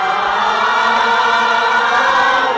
oh